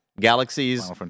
Galaxies